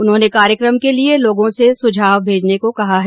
उन्होंने कार्यक्रम के लिए लोगों से सुझाव भेजने को कहा है